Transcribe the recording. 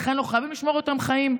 ולכן אנחנו חייבים לשמור אותם חיים,